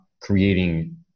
creating